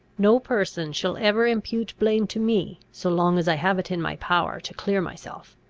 no person shall ever impute blame to me, so long as i have it in my power to clear myself.